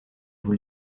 vous